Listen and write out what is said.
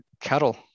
cattle